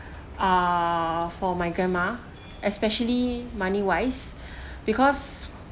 ah for my grandma especially money wise because